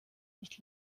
nicht